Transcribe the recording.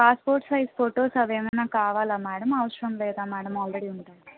passport size photos అవేమైనా కావాలా madam అవసరం లేదా మేడం ఆల్రెడీ ఉం